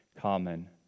common